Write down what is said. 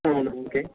అవును ఓకే